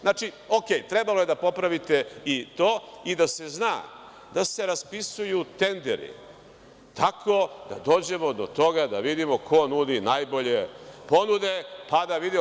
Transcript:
Znači, OK, trebalo je da popravite i to i da se zna da se raspisuju tenderi tako da dođemo do toga da vidimo ko nudi najbolje ponude, pa da vidimo.